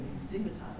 stigmatized